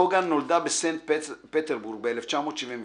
קוגן נולדה בסנט פטרבורג ב-1976,